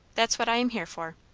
that's what i am here for.